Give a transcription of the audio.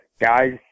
guys